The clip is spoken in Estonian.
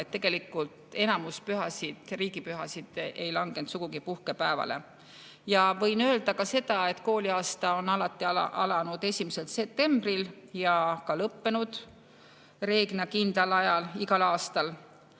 Tegelikult enamus riigipühasid ei langenud sugugi puhkepäevale. Ja võin öelda ka seda, et kooliaasta on alati alanud 1. septembril ja ka lõppenud reeglina kindlal ajal igal aastal,